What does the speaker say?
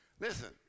Listen